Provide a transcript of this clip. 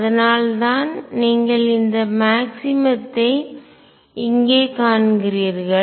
அதனால்தான் நீங்கள் இந்த மாக்ஸிமம்த்தைஅதிகபட்சம் இங்கே காண்கிறீர்கள்